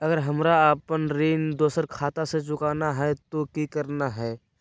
अगर हमरा अपन ऋण दोसर खाता से चुकाना है तो कि करना है?